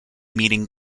meaning